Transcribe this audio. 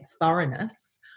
thoroughness